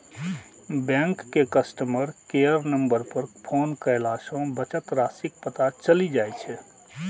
bank के customer care number पर phone कयला सं बचत राशिक पता चलि जाइ छै